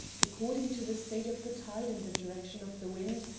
according to the state of the tide and the direction of the wind,